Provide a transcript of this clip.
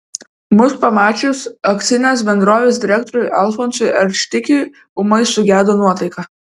mus pamačius akcinės bendrovės direktoriui alfonsui arštikiui ūmai sugedo nuotaika